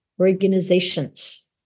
organizations